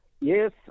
Yes